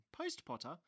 post-Potter